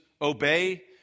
obey